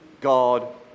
God